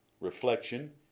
reflection